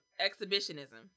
exhibitionism